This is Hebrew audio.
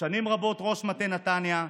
שנים רבות ראש מטה נתניה,